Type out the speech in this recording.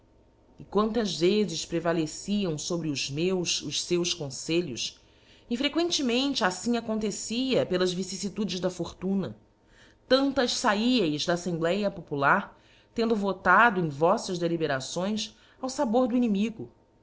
e quantas vezes prevaleciam fobre os meus feus confelhos e frequentemente affim acontecia peviciflitudes da fortuna tantas faieis da aífembléa polar tendo votado em voífas deliberações ao fabor do migo